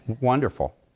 Wonderful